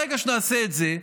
ברגע שנעשה את זה,